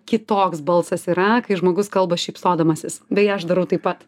kitoks balsas yra kai žmogus kalba šypsodamasis beje aš darau taip pat